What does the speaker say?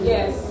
Yes